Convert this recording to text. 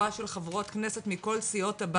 הם עברו את כל ההכשרות שצריך,